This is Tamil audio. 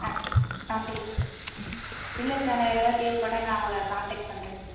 நன்றி சார் இல்லை சார் நான் வேறு ஏதாவது தேவப்பட்டால் நான் உங்களை கான்டேக்ட் பண்ணுறேன் சார்